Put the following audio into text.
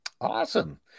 Awesome